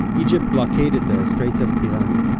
egypt blockaded the straits of tiran,